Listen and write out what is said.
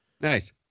Nice